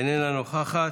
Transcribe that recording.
איננה נוכחת.